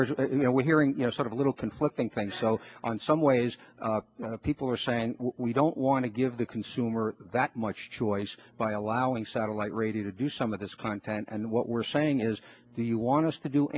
e you know we're hearing you know sort of a little conflicting thing so on some ways people are saying we don't want to give the consumer that much choice by allowing satellite radio to do some of this content and what we're saying is do you want to do